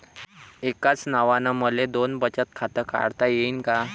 एकाच नावानं मले दोन बचत खातं काढता येईन का?